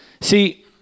See